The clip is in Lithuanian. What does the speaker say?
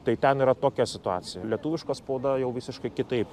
tai ten yra tokia situacija lietuviška spauda jau visiškai kitaip